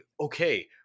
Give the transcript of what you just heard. okay